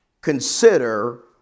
consider